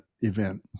event